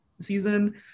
season